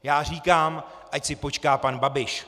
Já říkám: Ať si počká pan Babiš.